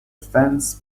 fence